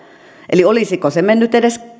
eli olisiko se kenties edes